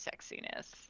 sexiness